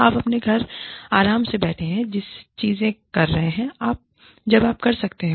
आप अपने घर के आराम से बैठे हैं चीजें कर रहे हैं जब आप कर सकते हैं